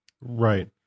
Right